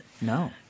No